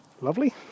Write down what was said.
Lovely